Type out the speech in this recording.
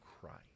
christ